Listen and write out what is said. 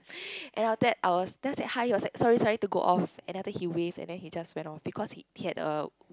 and after I was then I said hi your sorry sorry I need to go off and then after that he wave and then he just went off because he he had a